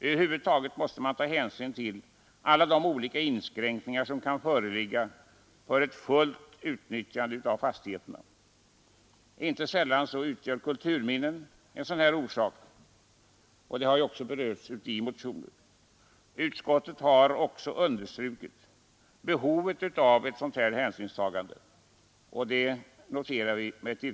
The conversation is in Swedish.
Över huvud taget måste man ta hänsyn till alla de olika inskränkningar som kan föreligga för ett fullt utnyttjande av fastigheterna. Inte sällan utgör kulturminnen en sådan orsak, och det har också berörts i motioner. Utskottet har också understrukit behovet av ett sådant hänsynstagande.